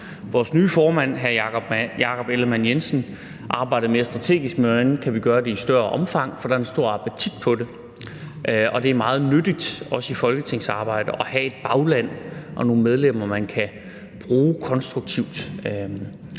vores nye formand, hr. Jakob Ellemann-Jensen, arbejder vi mere strategisk med, hvordan vi kan gøre det i større omfang. For der er en stor appetit på det, og det er meget nyttigt, også i folketingsarbejdet, at have et bagland og nogle medlemmer, man kan bruge konstruktivt.